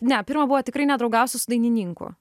ne pirma buvo tikrai nedraugausiu su dainininku